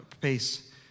pace